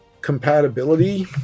Compatibility